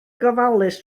gofalus